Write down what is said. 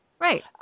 Right